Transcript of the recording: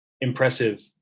impressive